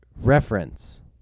reference